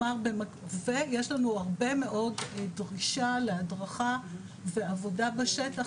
יש לנו הרבה מאוד דרישה להדרכה בעבודה בשטח